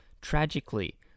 tragically